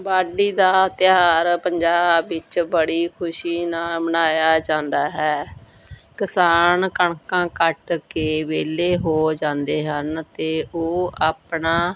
ਵਾਢੀ ਦਾ ਤਿਉਹਾਰ ਪੰਜਾਬ ਵਿੱਚ ਬੜੀ ਖੁਸ਼ੀ ਨਾਲ ਮਨਾਇਆ ਜਾਂਦਾ ਹੈ ਕਿਸਾਨ ਕਣਕਾਂ ਕੱਟ ਕੇ ਵਿਹਲੇ ਹੋ ਜਾਂਦੇ ਹਨ ਅਤੇ ਉਹ ਆਪਣਾ